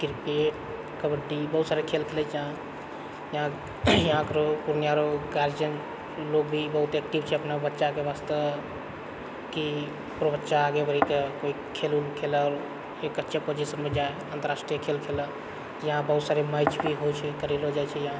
cricket kabaddi बहुत सारा खेल खेलै छै इहाँ इहाँ कऽ लोग पूर्णिया लोग गार्जियन लोग भी बहुत एक्टिव छै अपना बच्चा कऽ बास्ते कि ओकर बच्चा आगे बढ़ि कऽ कोइ खेल ऊल खेलऽ एक अच्छा पोजिशन पर जाइ राष्ट्रीय खेल खेलऽ इहाँ बहुत सारे मैच भी घोषित करेलो जाइत छै इहाँ